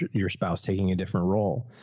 your, your spouse taking a different role.